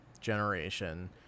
generation